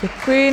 Děkuji.